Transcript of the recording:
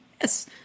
Yes